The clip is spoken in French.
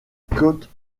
côte